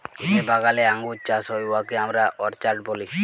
যে বাগালে আঙ্গুর চাষ হ্যয় উয়াকে আমরা অরচার্ড ব্যলি